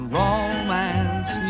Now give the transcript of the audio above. romance